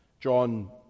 John